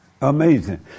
Amazing